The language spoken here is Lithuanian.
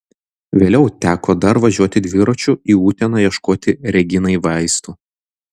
vėliau teko dar važiuoti dviračiu į uteną ieškoti reginai vaistų